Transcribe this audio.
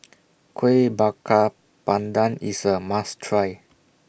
Kuih Bakar Pandan IS A must Try